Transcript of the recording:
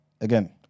again